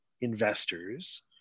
investors